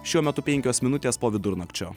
šiuo metu penkios minutės po vidurnakčio